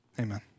Amen